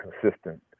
consistent